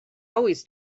always